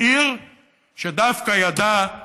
בעיר שדווקא ידעה